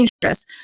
dangerous